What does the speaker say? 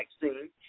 vaccine